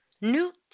Newt